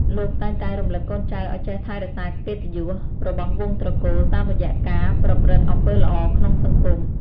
លោកតែងតែរំលឹកកូនចៅឱ្យចេះថែរក្សាកិត្តិយសរបស់វង្សត្រកូលតាមរយៈការប្រព្រឹត្តអំពើល្អក្នុងសង្គម។